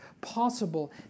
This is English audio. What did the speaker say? possible